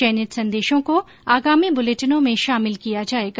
चयनित संदेशों को आगामी बुलेटिनों में शामिल किया जाएगा